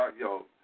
yo